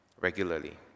regularly